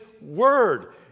word